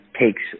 takes